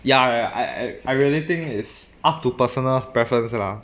ya I I I really think is up to personal preference lah